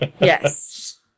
Yes